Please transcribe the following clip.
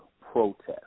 protest